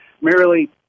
merely